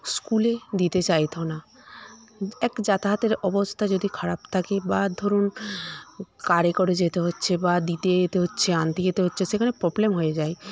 স্কুলে দিতে চাইতো না এক যাতায়াতের অবস্থা যদি খারাপ থাকে বা ধরুন কারে করে যেতে হচ্ছে বা দিতে যেতে হচ্ছে আনতে যেতে হচ্ছে সেখানে প্রবলেম হয়ে যায়